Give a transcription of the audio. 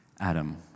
Adam